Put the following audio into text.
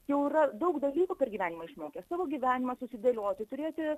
jau yra daug dalykų per gyvenimą išmokę savo gyvenimą susidėlioti turėti